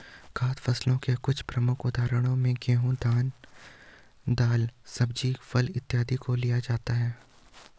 खाद्य फसलों के कुछ प्रमुख उदाहरणों में गेहूं, धान, दाल, सब्जी, फल इत्यादि को लिया जा सकता है